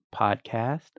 podcast